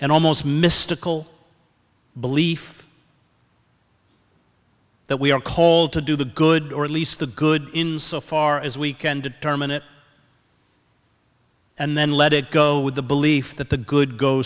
an almost mystical belief that we are told to do the good or at least the good in so far as we can determine it and then let it go with the belief that the good